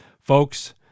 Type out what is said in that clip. Folks